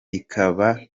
ikiba